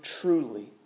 truly